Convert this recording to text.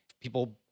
people